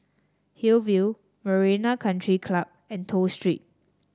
Hillview Marina Country Club and Toh Street